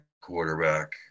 quarterback